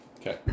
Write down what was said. Okay